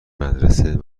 مدرسه